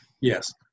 yes